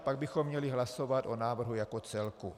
Pak bychom měli hlasovat o návrhu jako celku.